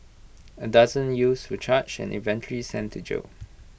A dozen youth were charged and eventually sent to jail